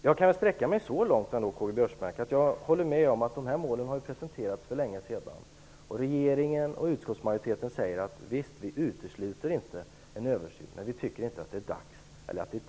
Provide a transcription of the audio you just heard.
Jag kan sträcka mig så långt att jag håller med om att dessa mål presenterades för länge sedan. Regeringen och utskottsmajoriteten säger att man inte utesluter en översyn, men man tycker inte att det är rätt tid just nu.